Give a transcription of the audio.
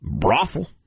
brothel